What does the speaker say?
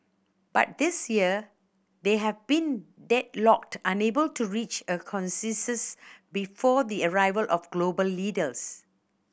but this year they have been deadlocked unable to reach a consensus before the arrival of global leaders